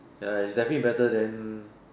ya it's definitely better than